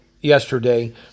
yesterday